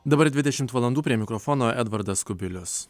dabar dvidešimt valandų prie mikrofono edvardas kubilius